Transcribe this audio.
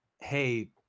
hey